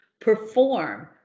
perform